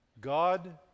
God